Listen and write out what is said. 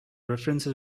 references